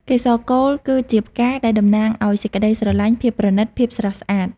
កេសរកូល គឺជាផ្កាដែលតំណាងអោយសេចក្ដីស្រលាញ់ ភាពប្រណិត ភាពស្រស់ស្អាត។